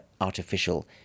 artificial